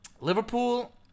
Liverpool